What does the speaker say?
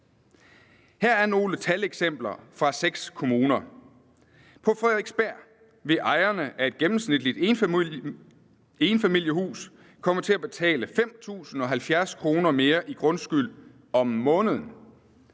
Her er nogle taleksempler fra seks kommuner: På Frederiksberg vil ejerne af et gennemsnitligt enfamilieshus komme til at betale 5.070 kr. mere i grundskyld om måneden;